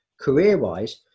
Career-wise